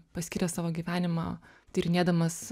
paskyrė savo gyvenimą tyrinėdamas